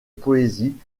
poésie